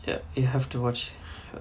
ya you have to watch